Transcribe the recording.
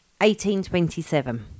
1827